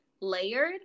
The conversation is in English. layered